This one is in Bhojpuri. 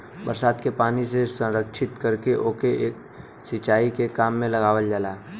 बरसात के पानी से संरक्षित करके ओके के सिंचाई के काम में लियावल जाला